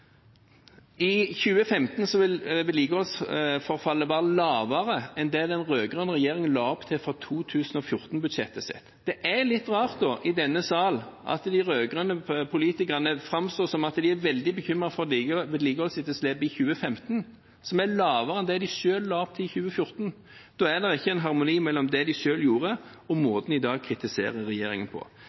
i året. I 2015 vil vedlikeholdsetterslepet være lavere enn det den rød-grønne regjeringen la opp til for 2014-budsjettet sitt. Det er litt rart at de rød-grønne politikerne i denne salen framstår som veldig bekymret for vedlikeholdsetterslepet i 2015, som er lavere enn det de selv la opp til i 2014. Det harmonerer ikke med det de selv gjorde, og måten de kritiserer regjeringen på.